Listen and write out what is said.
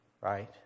right